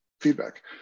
feedback